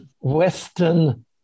Western